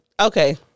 Okay